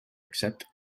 except